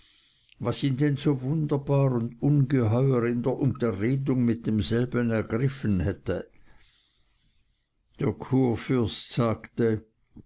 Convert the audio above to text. was ihn denn so wunderbar und ungeheuer in der unterredung mit demselben ergriffen hätte der kurfürst sagte